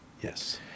Yes